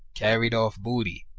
carried off booty,